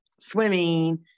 swimming